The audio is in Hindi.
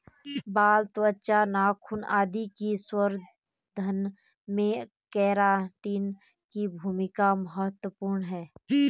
बाल, त्वचा, नाखून आदि के संवर्धन में केराटिन की भूमिका महत्त्वपूर्ण है